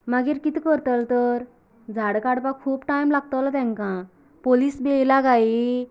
मागीर कितें करतलो तर झाड काडपाक खूब टायम लागतलो तेंकां पोलीस बी येयलां काय